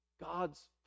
God's